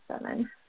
seven